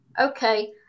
Okay